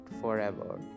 forever